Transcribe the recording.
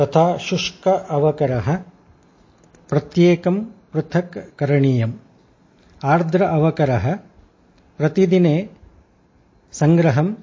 तथा शुष्क अवकरः प्रत्येकं पृथक् करणीयम् आर्द्र अवकरः प्रतिदिने सङ्ग्रहम्